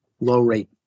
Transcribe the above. low-rate